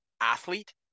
athlete